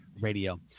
Radio